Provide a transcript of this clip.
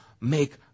make